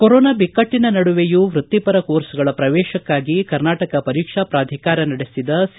corona ಬಿಕ್ಕಟ್ಟನ ನಡುವೆಯೂ ವೃತ್ತಿಪರ ಕೋರ್ಸ್ಗಳ ಪ್ರವೇಶಕ್ನಾಗಿ ಕರ್ನಾಟಕ ಪರೀಕ್ಷಾ ಪ್ರಾಧಿಕಾರ ನಡೆಸಿದ ಸಿ